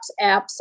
Apps